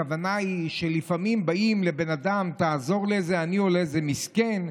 הכוונה היא שלפעמים באים לבן אדם: תעזור לאיזה עני או לאיזה מסכן,